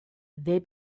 they